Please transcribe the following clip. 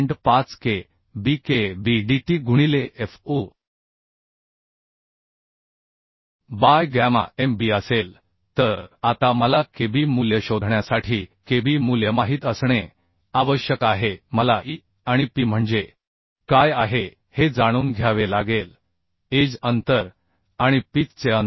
5 k B K B dt गुणिले f u by gamma m b असेल तर आता मला kb मूल्य शोधण्यासाठी kb मूल्य माहित असणे आवश्यक आहे मला E आणि P म्हणजे काय आहे हे जाणून घ्यावे लागेल एज अंतर आणि पिच चे अंतर